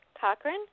Cochran